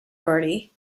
bertie